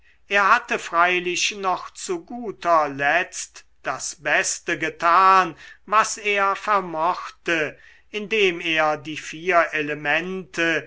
er hatte freilich noch zu guter letzt das beste getan was er vermochte indem er die vier elemente